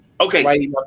Okay